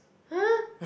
!huh!